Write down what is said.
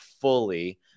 fully